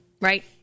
Right